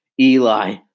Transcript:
Eli